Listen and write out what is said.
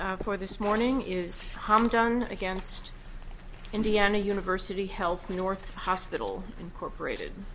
before this morning is harm done against indiana university health north hospital incorporated